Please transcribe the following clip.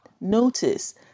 notice